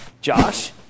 Josh